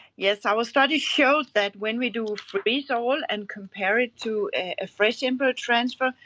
yes, our study showed that when we do freeze-all and compare it to a ah fresh embryo transfer,